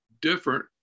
different